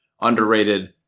underrated